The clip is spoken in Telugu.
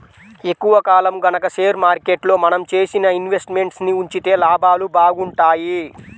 ఎక్కువ కాలం గనక షేర్ మార్కెట్లో మనం చేసిన ఇన్వెస్ట్ మెంట్స్ ని ఉంచితే లాభాలు బాగుంటాయి